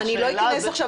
אני לא צודקת?